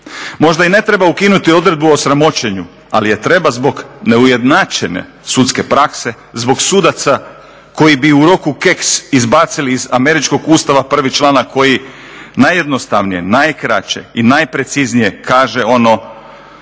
Možda i ne treba ukinuti odredbu o sramoćenju, ali je treba zbog neujednačene sudske prakse, zbog sudaca koji bi u roku keks izbacili iz američkog ustava prvi članak koji najjednostavnije, najkraće i najpreciznije kaže ono